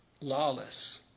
lawless